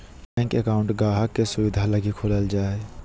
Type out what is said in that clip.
bank account गाहक़ के सुविधा लगी खोलल जा हय